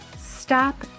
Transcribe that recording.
Stop